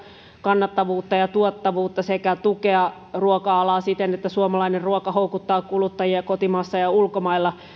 kannattavuutta ja tuottavuutta sekä tukea ruoka alaa siten että suomalainen ruoka houkuttaa kuluttajia kotimaassa ja ulkomailla